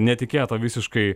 netikėtą visiškai